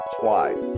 twice